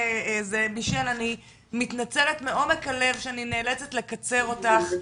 מישל אני מתנצלת מעומק הלב, שאני נאלצת לקצר אותך,